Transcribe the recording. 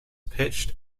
pitched